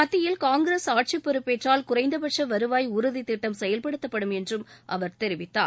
மத்தியில் காங்கிரஸ் ஆட்சி பொறுப்பேற்றால் குறைந்தபட்ச வருவாய் உறதித் திட்டம் செயல்படுத்தப்படும் என்றும் அவர் தெரிவித்தார்